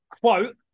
quote